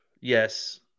Yes